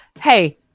hey